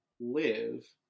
live